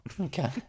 Okay